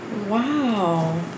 Wow